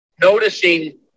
noticing